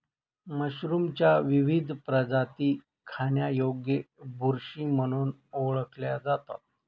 मशरूमच्या विविध प्रजाती खाण्यायोग्य बुरशी म्हणून ओळखल्या जातात